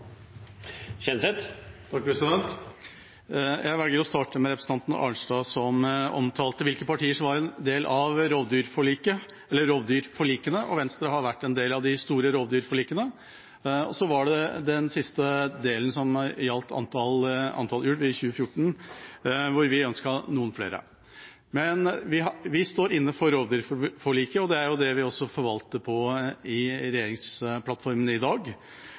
Jeg velger å starte med representanten Arnstad, som omtalte hvilke partier som var en del av rovdyrforlikene. Venstre har vært en del av de store rovdyrforlikene. Så var det den siste delen, som gjaldt antall ulv i 2014, der vi ønsket noen flere. Vi står inne for rovdyrforlikene, og det er også det vi forvalter ut fra i regjeringsplattformen i dag.